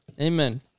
Amen